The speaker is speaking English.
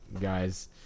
guys